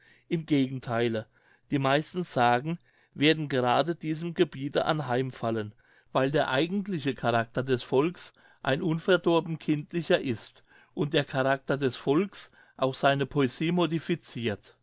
im gegentheile die meisten sagen werden gerade diesem gebiete anheim fallen weil der eigentliche charakter des volks ein unverdorben kindlicher ist und der charakter des volks auch seine poesie modificirt